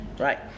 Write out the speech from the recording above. Right